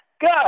good